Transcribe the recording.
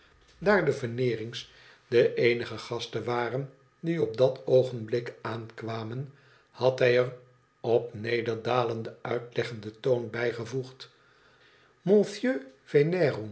daar de veneerings de eenige gasten waren die op dat oogenblik aankwamen had hij er op nederdalenden uitleggenden toon bijgevoegd